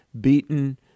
beaten